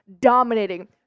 dominating